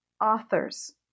authors